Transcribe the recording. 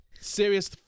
Serious